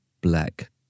black